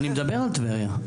אני מדבר על טבריה.